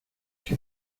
que